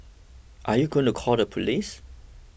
are you going to call the police